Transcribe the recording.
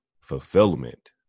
fulfillment